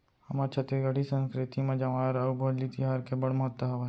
हमर छत्तीसगढ़ी संस्कृति म जंवारा अउ भोजली तिहार के बड़ महत्ता हावय